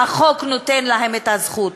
שהחוק נותן להם את הזכות.